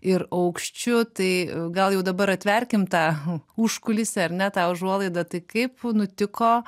ir aukščiu tai gal jau dabar atverkim tą užkulisį ar ne tą užuolaidą tai kaip nutiko